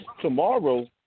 tomorrow